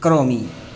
करोमि